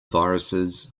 viruses